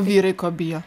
vyrai ko bijo